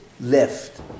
left